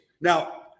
Now –